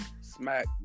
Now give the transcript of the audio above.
smack